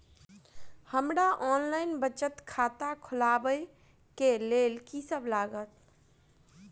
हमरा ऑनलाइन बचत खाता खोलाबै केँ लेल की सब लागत?